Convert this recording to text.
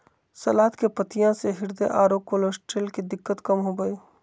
सलाद के पत्तियाँ से हृदय आरो कोलेस्ट्रॉल के दिक्कत कम होबो हइ